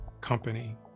company